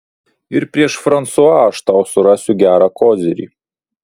ir prieš fransua aš tau surasiu gerą kozirį